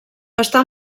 està